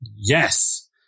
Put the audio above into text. Yes